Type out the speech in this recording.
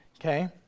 okay